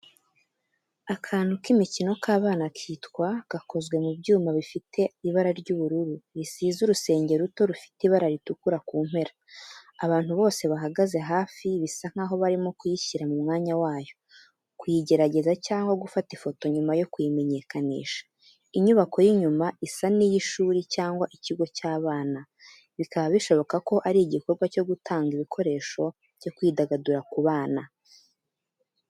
Akantu k’imikino k’abana kitwa, gakozwe mu byuma bifite ibara ry’ubururu, risize urusenge ruto rufite ibara ritukura ku mpera. Abantu bose bahagaze hafi bisa nk’aho barimo kuyishyira mu mwanya wayo, kuyigerageza cyangwa gufata ifoto nyuma yo kuyimenyekanisha. Inyubako y’inyuma isa n’iy’ishuri cyangwa ikigo cy’abana, bikaba bishoboka ko ari igikorwa cyo gutanga ibikoresho byo kwidagadura ku bana.